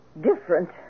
different